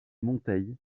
monteil